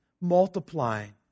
multiplying